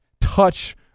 touch